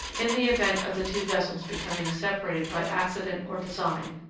in the event of the two vessels becoming separated by accident or design,